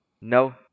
no